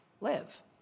Live